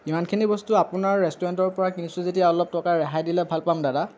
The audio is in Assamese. ইমানখিনি বস্তু আপোনাৰ ৰেষ্টুৰেণ্টৰ পৰা কিনিছোঁ যেতিয়া অলপ টকা ৰেহাই দিলে ভাল পাম দাদা